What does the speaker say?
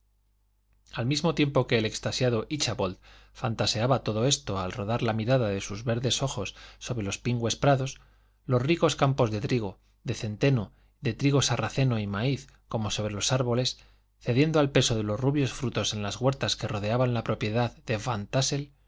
al mismo tiempo que el extasiado íchabod fantaseaba todo esto al rodar la mirada de sus verdes ojos sobre los pingües prados los ricos campos de trigo de centeno de trigo sarraceno y maíz como sobre los árboles cediendo al peso de los rubios frutos en las huertas que rodeaban la propiedad de